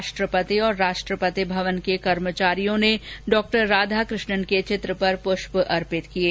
राष्ट्रपति और राष्ट्रपति भवन के कर्मचारियों ने डॉक्टर राधाकृष्णन के चित्र पर प्रष्य अर्पित किये